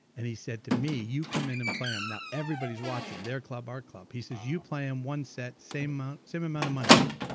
and he said to me, you come in and play him. now everybody's watching, their club, our ah club. he says, you play him one set, same amount same amount of money.